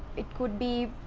it could be.